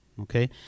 okay